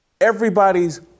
Everybody's